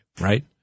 right